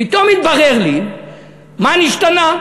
פתאום התברר לי מה נשתנה.